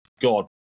God